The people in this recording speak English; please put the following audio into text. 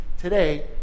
today